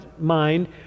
mind